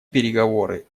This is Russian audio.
переговоры